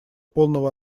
полного